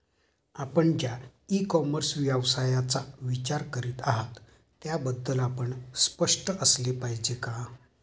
आपण ज्या e commerce व्यवसायाचा विचार करीत आहात त्याबद्दल आपण स्पष्ट असले पाहिजे का?